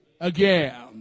again